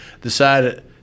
decided